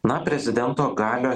na prezidento galios